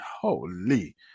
Holy